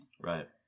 Right